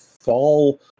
fall